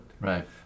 right